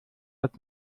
als